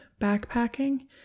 backpacking